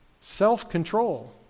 self-control